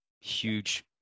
huge